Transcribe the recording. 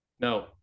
No